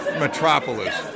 Metropolis